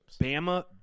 Bama